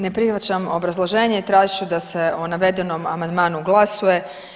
Ne prihvaćam obrazloženje i tražit ću da se o navedenom amandmanu glasuje.